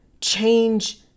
change